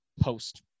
post